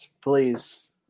please